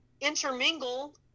intermingle